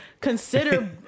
consider